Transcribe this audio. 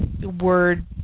word